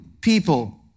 people